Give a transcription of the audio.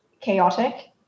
chaotic